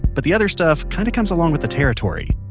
but the other stuff kinda comes along with the territory.